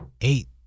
Eight